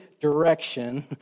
direction